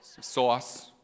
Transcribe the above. Sauce